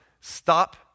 Stop